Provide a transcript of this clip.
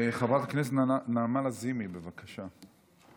חברת הכנסת נעמה לזימי, בבקשה.